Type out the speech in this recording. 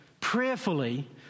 prayerfully